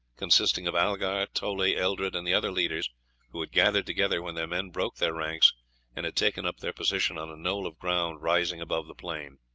consisting of algar, toley, eldred, and the other leaders who had gathered together when their men broke their ranks and had taken up their position on a knoll of ground rising above the plain.